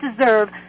deserve